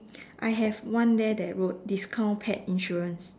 I have one there that wrote discount pet insurance